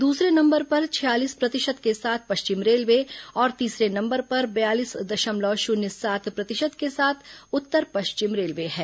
दूसरे नंबर पर छियालीस प्रतिशत के साथ पश्चिम रेलवे और तीसरे नंबर पर बयालीस दशमलव शून्य सात प्रतिशत के साथ उत्तर पश्चिम रेलवे है